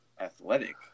athletic